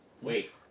Wait